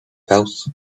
pills